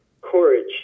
courage